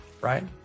right